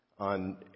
On